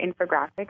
infographic